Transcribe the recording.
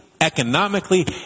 economically